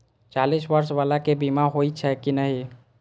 चालीस बर्ष बाला के बीमा होई छै कि नहिं?